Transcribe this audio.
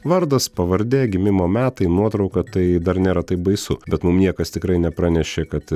vardas pavardė gimimo metai nuotrauka tai dar nėra taip baisu bet mum niekas tikrai nepranešė kad